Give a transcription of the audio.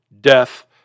death